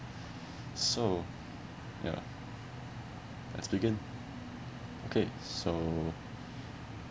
so ya let's begin okay so